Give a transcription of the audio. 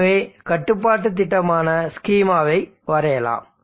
எனவே கட்டுப்பாட்டுத் திட்டமான ஸ்கீமாவை வரையலாம்